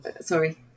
Sorry